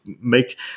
make